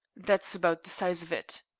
that's about the size of it.